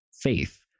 faith